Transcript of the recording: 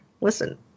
listen